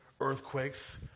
earthquakes